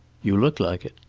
you look like it.